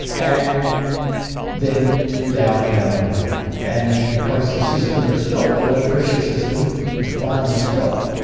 and then down came the rain. and because the system had stopped, the low pressure system had finally stopped,